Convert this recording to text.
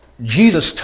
Jesus